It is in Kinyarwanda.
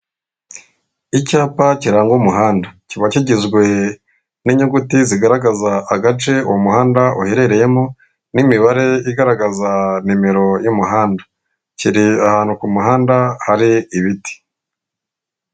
Icyapa kiranga umuhanda kiba kigizwe n'inyuguti zigaragaza agace uwo umuhanda uherereyemo n'imibare igaragaza nimero y'umuhanda. Kirere ahantu ku kumuhanda hari ibiti.